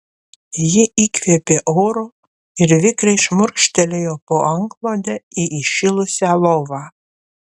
ji įkvėpė oro ir vikriai šmurkštelėjo po antklode į įšilusią lovą